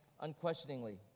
unquestioningly